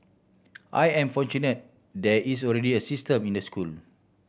I am fortunate there is already a system in the school